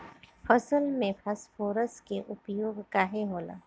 फसल में फास्फोरस के उपयोग काहे होला?